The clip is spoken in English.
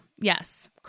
yes